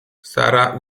sara